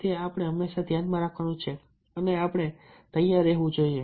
તે આપણે હંમેશા ધ્યાનમાં રાખવાનું છે અને આપણે તૈયાર રહેવું જોઈએ